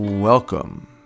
welcome